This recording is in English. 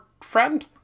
friend